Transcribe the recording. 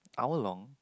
hour long